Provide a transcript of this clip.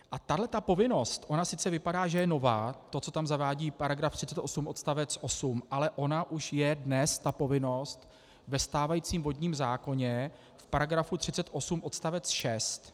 A tahle ta povinnost sice vypadá, že je nová, to, co tam zavádí § 38 odst. 8, ale ona už je dnes ta povinnost ve stávajícím vodním zákoně v § 38 odst. 6.